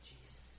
Jesus